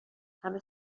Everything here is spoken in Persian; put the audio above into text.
همه